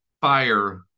fire